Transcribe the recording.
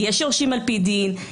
יש יורשים על-פי דין?